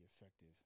effective